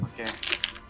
Okay